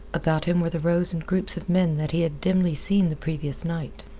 about him were the rows and groups of men that he had dimly seen the previous night.